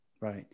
Right